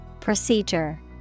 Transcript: Procedure